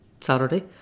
Saturday